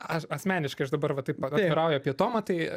aš asmeniškai aš dabar va taip atvirauju apie tomą tai